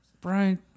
Brian